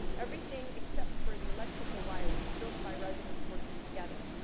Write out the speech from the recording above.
everything except for the electrical wires was built by residents working together.